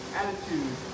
attitude